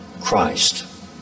Christ